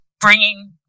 bringing